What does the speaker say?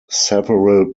several